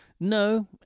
No